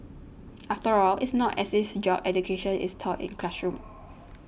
after all it's not as if job education is taught in classrooms